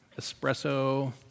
espresso